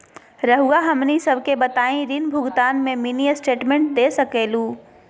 रहुआ हमनी सबके बताइं ऋण भुगतान में मिनी स्टेटमेंट दे सकेलू?